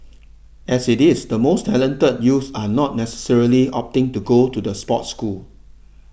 as it is the most talented youth are not necessarily opting to go to the sports school